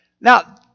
Now